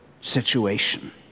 situation